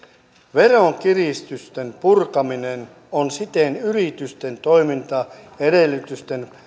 veronkiristysten purkaminen on siten yritysten toimintaedellytysten